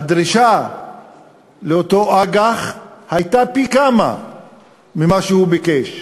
הדרישה לאותו אג"ח הייתה פי כמה ממה שהוא ביקש.